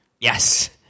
Yes